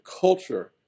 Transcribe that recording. culture